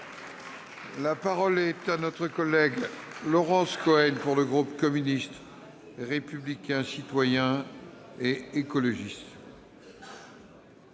La parole est à Mme Laurence Cohen, pour le groupe communiste républicain citoyen et écologiste.